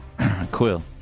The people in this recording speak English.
Quill